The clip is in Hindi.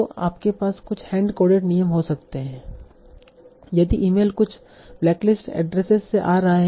तो आपके पास कुछ हैंड कोडेड नियम हो सकते हैं यदि ईमेल कुछ ब्लैकलिस्ट एड्रेसेस से आ रहा है